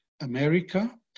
America